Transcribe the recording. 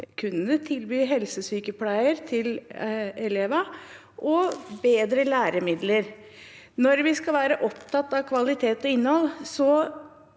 kunne tilby helsesykepleier til elevene og bedre læremidler. Når vi skal være opptatt av kvalitet og innhold,